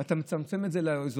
ואתה מצמצם את זה לאזורים.